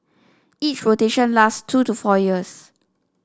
each rotation lasts two to four years